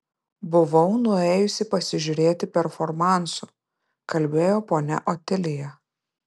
buvau nuėjusi pasižiūrėti performansų kalbėjo ponia otilija